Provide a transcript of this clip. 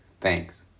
Thanks